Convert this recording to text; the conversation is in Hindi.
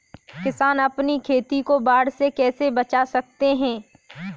किसान अपनी खेती को बाढ़ से कैसे बचा सकते हैं?